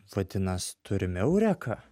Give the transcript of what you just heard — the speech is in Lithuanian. vadinas turim eureką